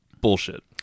Bullshit